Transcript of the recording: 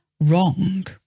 wrong